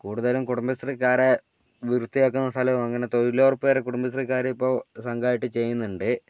കൂടുതലും കുടുംബശ്രീക്കാരെ വൃത്തിയാക്കുന്ന സ്ഥലവും അങ്ങനെ തൊഴിലുറപ്പ് വരെ കുടുംബശ്രീക്കാർ ഇപ്പോൾ സംഘമായിട്ട് ചെയ്യുന്നുണ്ട്